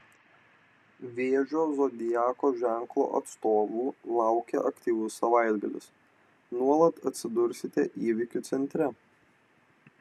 vėžio zodiako ženklo atstovų laukia aktyvus savaitgalis nuolat atsidursite įvykių centre